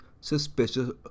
suspicious